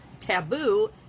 taboo